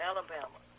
Alabama